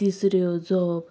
तिसऱ्यो जोप